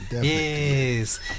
yes